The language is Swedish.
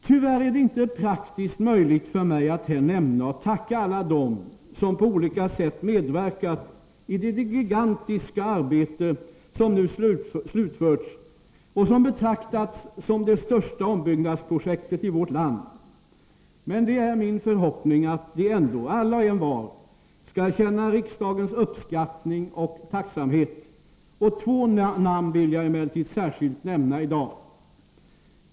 Tyvärr är det inte praktiskt möjligt för mig att här nämna och tacka alla dem som på olika sätt medverkat i det gigantiska arbete som nu slutförts och som betraktats som det största ombyggnadsprojektet i vårt land. Men det är min förhoppning att de ändå, alla och envar, skall känna riksdagens uppskattning och tacksamhet. Två namn vill jag emellertid särskilt nämna i dag.